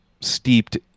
steeped